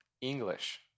English